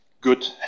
good